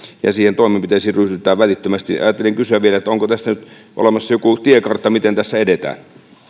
ja niihin toimenpiteisiin ryhdytään välittömästi ajattelin kysyä vielä onko tästä nyt olemassa jokin tiekartta miten tässä edetään